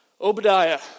Obadiah